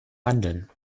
handeln